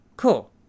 cool